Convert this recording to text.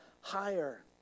higher